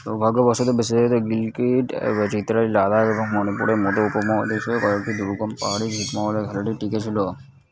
সৌভাগ্যবশত বিশেষত গিলকিট চিত্রাল লাদাখ এবং মণিপুরের মতো উপমহাদেশীয় কয়েকটি দুর্গম পাহাড়ি ছিটমহলে খেলাটি টিকে ছিল